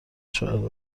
شاهد